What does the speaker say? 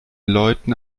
leuten